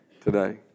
today